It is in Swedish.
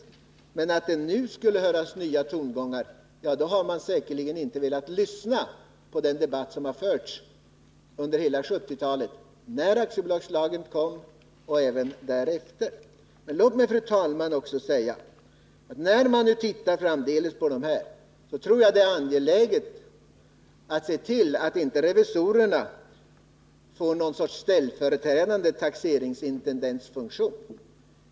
Påståendet att det nu skulle höras nya tongångar från de borgerliga innebär säkerligen att man inte velat lyssna på den debatt som förts under hela 1970-talet, och inte minst när beslutet om aktiebolagslagen fattades, och även därefter. Låt mig också säga, fru talman, att när man framdeles studerar de här frågorna tror jag det är angeläget att se till att revisorerna inte får en funktion som någon sorts ställföreträdande taxeringsintendent.